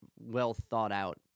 well-thought-out